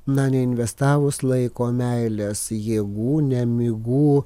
na neinvestavus laiko meilės jėgų nemigų